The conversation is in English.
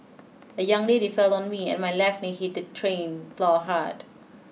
a young lady fell on me and my left knee hit the train floor hard